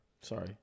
sorry